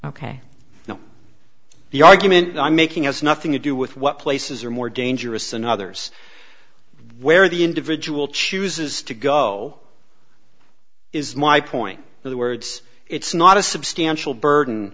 ok now the argument i'm making is nothing to do with what places are more dangerous than others where the individual chooses to go is my point the words it's not a substantial burden